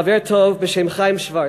חבר טוב בשם חיים שוורץ,